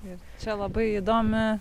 ir čia labai įdomi